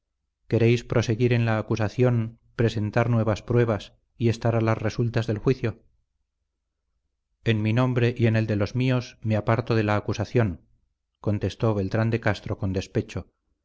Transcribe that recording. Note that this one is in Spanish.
queréis proseguir en la acusación presentar nuevas pruebas y estar a las resultas del juicio en mi nombre y en el de los míos me aparto de la acusación contestó beltrán de castro con despecho